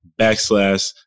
backslash